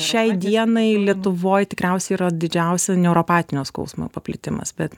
šiai dienai lietuvoj tikriausiai yra didžiausia neuropatinio skausmo paplitimas bet